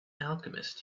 alchemist